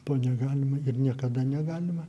to negalima ir niekada negalima